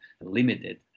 limited